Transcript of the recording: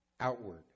outward